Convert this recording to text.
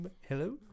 Hello